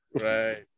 Right